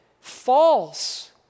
False